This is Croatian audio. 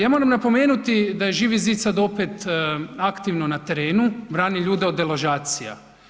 Ja moram napomenuti da je Živi zid sad opet aktivno na terenu, brani ljude od deložacija.